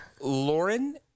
Lauren